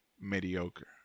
mediocre